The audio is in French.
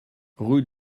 rue